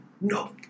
No